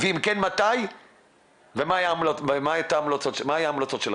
ואם כן מתי ומה היו ההמלצות שלכם?